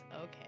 Okay